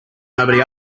nobody